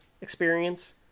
experience